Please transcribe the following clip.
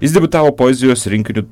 jis debiutavo poezijos rinkiniu